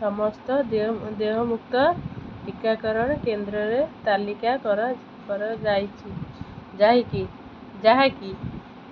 ସମସ୍ତ ଦେୟ ଦେୟମୁକ୍ତ ଟିକାକରଣ କେନ୍ଦ୍ରରେ ତାଲିକା କରା କରା ଯାଇଛି ଯାଇକି ଯାହାକି